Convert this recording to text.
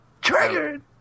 Triggered